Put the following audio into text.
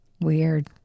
weird